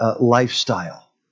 lifestyle